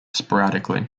sporadically